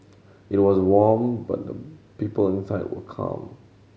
it was warm but the people inside were calm